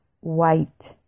white